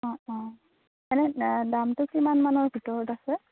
অ' অ' এনে দা দামটো কিমান মানৰ ভিতৰত আছে